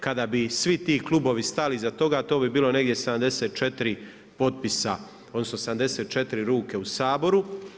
Kada bi svi ti klubovi stali iza toga to bi bilo negdje 74 potpisa, odnosno 74 ruke u Saboru.